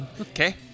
Okay